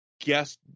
guess